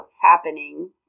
happening